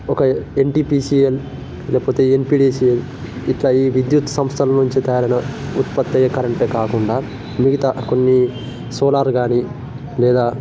ఒక ఎన్టీపీసీఎల్ లేకపోతే ఎంపీడీసీఎల్ ఇట్లా ఈ విద్యుత్ సంస్థల నుంచి కారణ ఉత్పత్తయ్యే కరంటు కాకుండా మిగతా కొన్ని సోలార్ గానీ లేదా